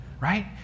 Right